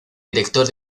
director